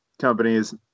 companies